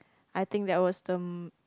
I think that was the m~